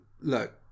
look